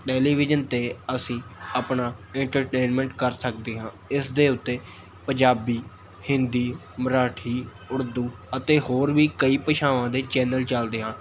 television 'ਤੇ ਅਸੀਂ ਆਪਣਾ ਇੰਟਰਟੇਨਮੈਂਟ ਕਰ ਸਕਦੇ ਹਾਂ ਇਸ ਦੇ ਉੱਤੇ ਪੰਜਾਬੀ ਹਿੰਦੀ ਮਰਾਠੀ ਉਰਦੂ ਅਤੇ ਹੋਰ ਵੀ ਕਈ ਭਾਸ਼ਾਵਾਂ ਦੇ ਚੈਨਲ ਚੱਲਦੇ ਹਨ